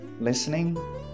listening